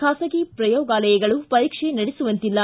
ಖಾಸಗಿ ಪ್ರಯೋಗಾಲಯಗಳು ಪರೀಕ್ಷೆ ನಡೆಸುವಂತಿಲ್ಲ